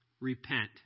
repent